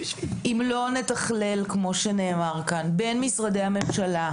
אם לא נתכלל בין משרדי הממשלה,